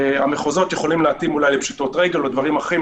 המחוזות יכולים להתאים אולי לפשיטות רגל או לדברים אחרים,